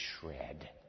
shred